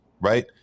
right